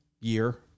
Year